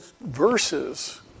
verses